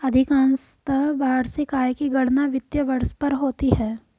अधिकांशत वार्षिक आय की गणना वित्तीय वर्ष पर होती है